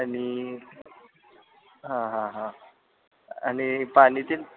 आणि हां हां हां आणि पाणीतील